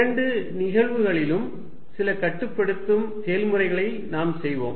இரண்டு நிகழ்வுகளிலும் சில கட்டுப்படுத்தும் செயல்முறைகளை நாம் செய்வோம்